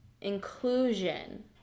inclusion